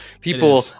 People